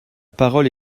parole